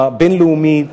הבין-לאומית,